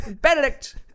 Benedict